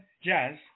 Jazz